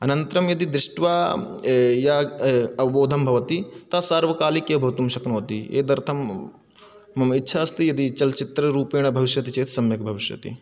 अनन्तरं यदि दृष्ट्वा या अवबोधः भवति तत्सार्वकालिकः भवितुं शक्नोति एतदर्थं मम इच्छा अस्ति यदि चलच्चित्र रूपेण भविष्यति चेत् सम्यक् भविष्यति